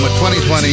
2020